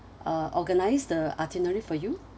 uh organised the itinerary for you